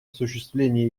осуществлении